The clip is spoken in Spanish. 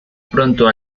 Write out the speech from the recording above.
pronto